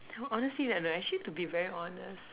honestly no no actually to be very honest